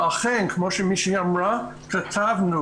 ואכן כמו שמישהי אמרה, כתבנו